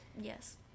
Yes